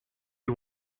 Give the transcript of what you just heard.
you